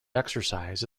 exercise